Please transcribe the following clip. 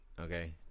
Okay